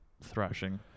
thrashing